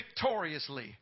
victoriously